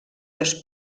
dos